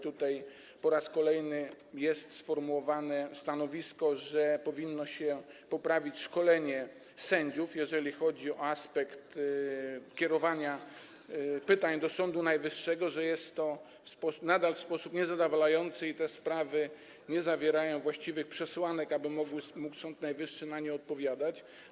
Tutaj po raz kolejny jest sformułowane stanowisko, że powinno się poprawić szkolenie sędziów, jeżeli chodzi o aspekt kierowania pytań do Sądu Najwyższego, że jest to nadal rozwiązane w sposób niezadowalający i że te sprawy nie zawierają właściwie przesłanek, aby mógł Sąd Najwyższy na to odpowiadać.